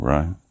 Right